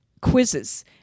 Quizzes